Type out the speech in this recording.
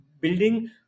building